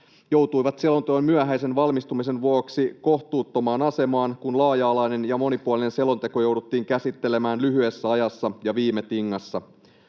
joutuivat selonteon myöhäisen valmistumisen vuoksi kohtuuttomaan asemaan, kun laaja-alainen ja monipuolinen selonteko jouduttiin käsittelemään lyhyessä ajassa ja viime tingassa.